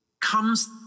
comes